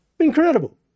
Incredible